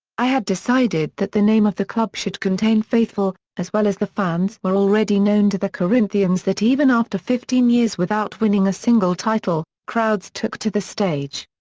i had decided that the name of the club should contain faithful, as well as the fans were already known to the corinthians that even after fifteen years without winning a single title, crowds took to the stage.